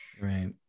Right